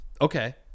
Okay